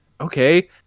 Okay